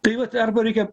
tai vat arba reikia